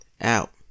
out